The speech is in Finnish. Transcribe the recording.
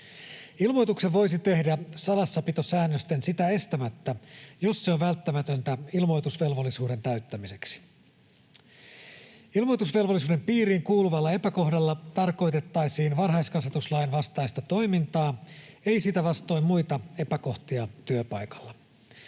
Ilmoituksen voisi tehdä salassapitosäännösten sitä estämättä, jos se on välttämätöntä ilmoi-tusvelvollisuuden täyttämiseksi. Ilmoitusvelvollisuuden piiriin kuuluvalla epäkohdalla tarkoitettaisiin varhaiskasvatuslain vastaista toimintaa, ei sitä vastoin muita epäkohtia työpaikalla.